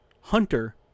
Hunter